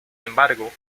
embargo